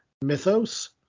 mythos